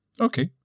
Okay